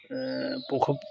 পশু